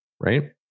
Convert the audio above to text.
right